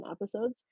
episodes